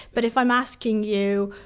but if i am asking you!